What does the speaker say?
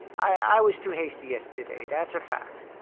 i. i was too hasty yesterday, that's a fact.